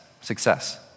success